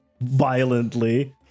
violently